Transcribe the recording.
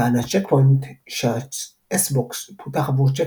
טענת צ'ק פוינט שה-S-box פותח עבור צ'ק